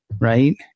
Right